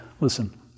Listen